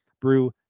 brew